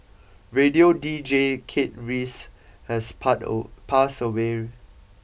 radio deejay Kate Reyes has passed away